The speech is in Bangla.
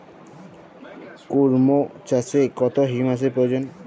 কুড়মো চাষে কত হিউমাসের প্রয়োজন?